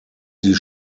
die